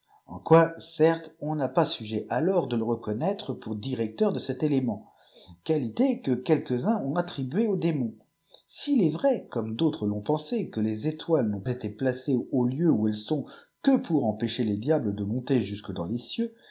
eu qiî certes on n'a pas sujet alors de le reconnaître pour directeur de cet élément qualité que quelques uns ont attribuée aux démons s'il est vrai comme d autres l'ont pensé que les étoiles n'ont été placées au lieu où elles sont que pour empêcher les diables de monter jusque dans lès cieux